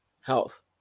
health